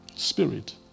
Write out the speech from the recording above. Spirit